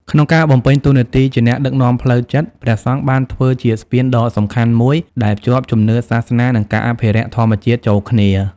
ក្នុងការបំពេញតួនាទីជាអ្នកដឹកនាំផ្លូវចិត្ត ព្រះសង្ឃបានធ្វើជា ស្ពានដ៏សំខាន់មួយដែលភ្ជាប់ជំនឿសាសនា និងការអភិរក្សធម្មជាតិ ចូលគ្នា។